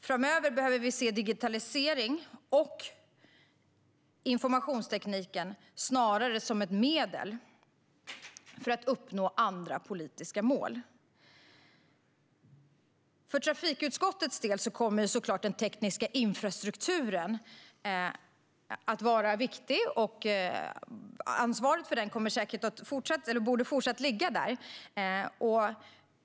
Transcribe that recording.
Framöver behöver vi se digitalisering och informationsteknik snarare som ett medel för att uppnå andra politiska mål. För trafikutskottets del kommer såklart den tekniska infrastrukturen att vara viktig, och ansvaret för den borde fortsatt ligga där.